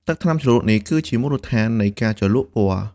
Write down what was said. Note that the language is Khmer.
ទឹកថ្នាំជ្រលក់នេះគឺជាមូលដ្ឋាននៃការជ្រលក់ពណ៌។